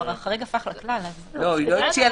לכן את מציעה